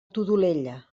todolella